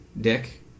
dick